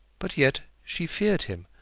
but yet she feared him,